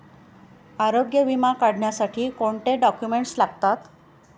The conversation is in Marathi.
आरोग्य विमा काढण्यासाठी कोणते डॉक्युमेंट्स लागतात?